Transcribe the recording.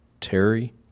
Terry